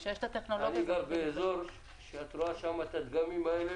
כשיש את הטכנולוגיה --- אני גר באזור שרואים שם את הדגמים האלה,